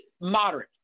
moderate